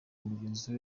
mugenzi